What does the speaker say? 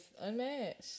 unmatched